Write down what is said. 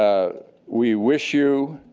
we wish you